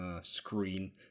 screen